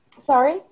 Sorry